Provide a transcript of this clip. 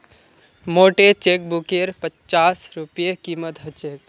मोटे चेकबुकेर पच्चास रूपए कीमत ह छेक